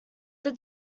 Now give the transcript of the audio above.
this